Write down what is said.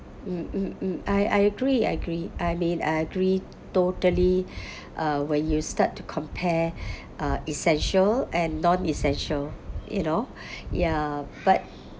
mm mm mm I I agree I agree I mean I agree totally uh when you start to compare uh essential and non-essential you know ya but